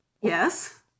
Yes